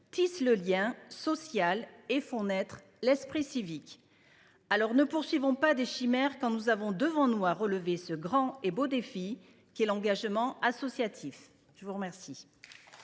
tissent le lien social et font naître l’esprit civique. Ne poursuivons pas des chimères quand nous avons devant nous à relever ce grand et beau défi qu’est l’engagement associatif. La parole